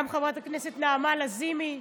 גם חברת הכנסת נעמה לזימי.